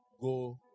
go